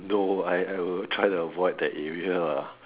no I I will try to avoid that area lah